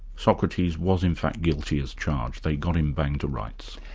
socrates was in fact guilty as charged they got him bang to rights?